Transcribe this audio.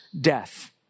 death